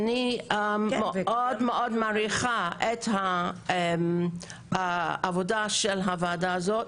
אני מאוד מאוד מעריכה את העבודה של הוועדה הזאת.